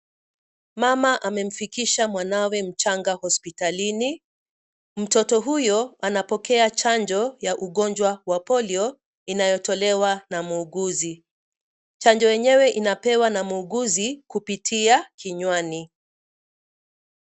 Mama amemfikisha mwanawe mchanga hospitalini. Mtoto huyo anapokea chanjo ya ugonjwa wa polio, inayotolewa na muuguzi. Chanjo yenyewe inapewa na muuguzi, kupitia kinywani.